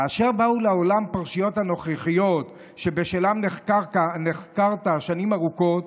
כאשר באו לעולם הפרשיות הנוכחיות שבשלהן נחקרת שנים ארוכות,